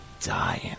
dying